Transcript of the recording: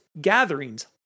gatherings